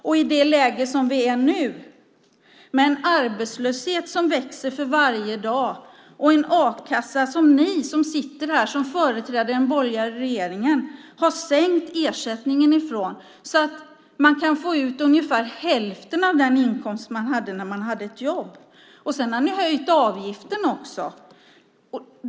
Nu har vi ett läge med en arbetslöshet som växer för varje dag och en a-kassa som ni som sitter här och som företräder den borgerliga regeringen har sänkt ersättningen från så att man kan få ut ungefär hälften av den inkomst man hade när man hade ett jobb. Sedan har ni också höjt avgiften.